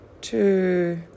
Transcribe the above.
two